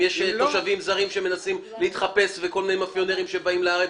אם יש תושבים זרים שמנסים להתחפש וכל מיני מאפיונרים שבאים לארץ,